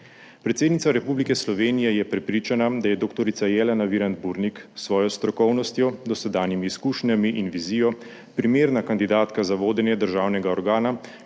Predsednica Republike Slovenije je prepričana, da je dr. Jelena Virant Burnik s svojo strokovnostjo, dosedanjimi izkušnjami in vizijo primerna kandidatka za vodenje državnega organa,